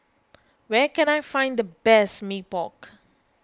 where can I find the best Mee Pok